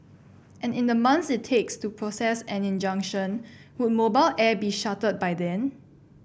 and in the months it takes to process an injunction would mobile air be shuttered by then